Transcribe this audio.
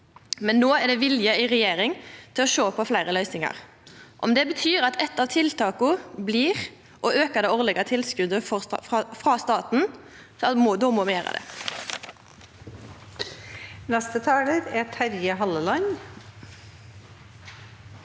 men no er det vilje i regjering til å sjå på fleire løysingar. Om det betyr at eitt av tiltaka blir å auka det årlege tilskotet frå staten, må me gjera det.